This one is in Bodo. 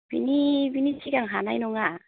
बिनि बिनि सिगां हानाय नङा